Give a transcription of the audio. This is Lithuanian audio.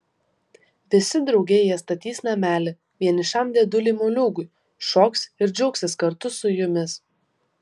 visi drauge jie statys namelį vienišam dėdulei moliūgui šoks ir džiaugsis kartu su jumis